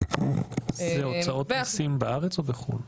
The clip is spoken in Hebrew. זה הוצאות מיסים בארץ או בחו"ל?